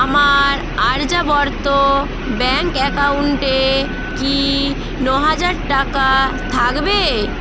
আমার আর্যাবর্ত ব্যাঙ্ক অ্যাকাউন্টে কি ন হাজার টাকা থাকবে